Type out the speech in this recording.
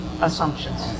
assumptions